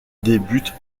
débute